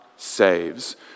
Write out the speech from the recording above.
saves